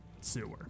sewer